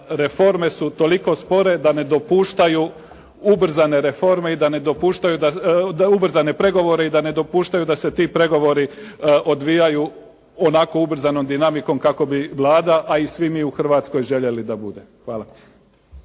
reforme su toliko spore da ne dopuštaju ubrzane reforme, ubrzane pregovore, i da ne dopuštaju da se ti pregovori odvijaju onako ubrzanom dinamikom kako bi Vlada a i svi mi u Hrvatskoj željeli da bude. Hvala.